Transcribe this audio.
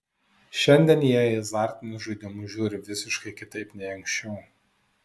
šiandien jie į azartinius žaidimus žiūri visiškai kitaip nei anksčiau